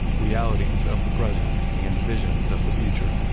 realities of the present, and visions of the future.